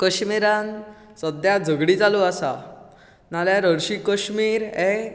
कश्मीरान सद्या झगडी चालू आसा नाल्यार हरशी कश्मीर हे